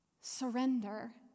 surrender